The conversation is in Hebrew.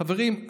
חברים,